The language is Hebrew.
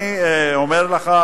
אני אומר לך,